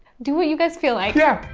do what you guys feel like. yeah.